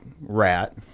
rat